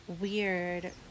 weird